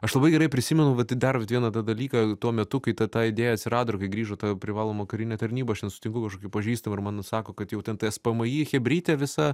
aš labai gerai prisimenu vat dar vieną tą dalyką tuo metu kai ta ta idėja atsirado ir kai grįžo ta privaloma karinė tarnyba aš ten sutinku kažkokį pažįstamą ir man nu sako kad jau ten tspmi chebrytė visa